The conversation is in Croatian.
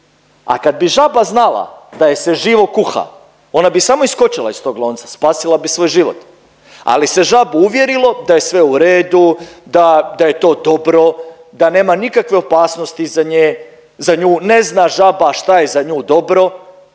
a kad bi žaba znala da je se živo kuha ona bi samo iskočila iz tog lonca, spasila bi svoj život, ali se žabu uvjerilo da je sve u redu, da, da je to dobro, da nema nikakve opasnosti za nje, za nju, ne zna žaba šta je za nju dobro